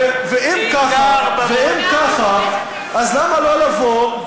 ואם כך, אז למה לא לבוא,